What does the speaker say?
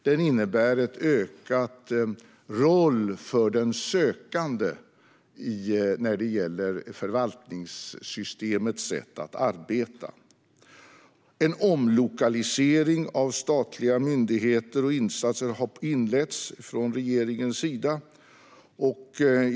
Den innebär en ökad roll för den sökande när det gäller förvaltningssystemets sätt att arbeta. En omlokalisering av statliga myndigheter och insatser har inletts från regeringens sida.